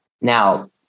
Now